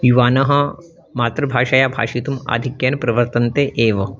युवानः मातृभाषया भाषयितुम् आधिक्येन प्रवर्तन्ते एव